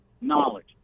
knowledge